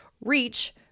reach